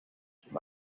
sus